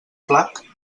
flac